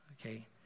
okay